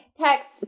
text